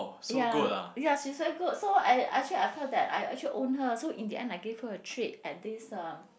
ya ya she's very good so I actually I felt that I actually own her so in the end I gave her a treat at this um